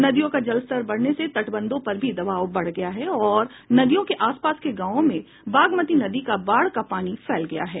नदियों का जलस्तर बढ़ने से तटबंधों पर भी दबाव बढ़ गया है और नदियों के आसपास के गांवों में बागमती नदी का बाढ़ का पानी फैल गया है